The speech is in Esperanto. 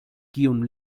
kiun